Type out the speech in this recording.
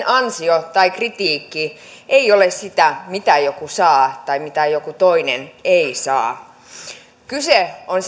ansio tai kritiikki ei ole sitä mitä joku saa tai mitä joku toinen ei saa kyse on